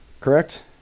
correct